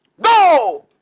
Go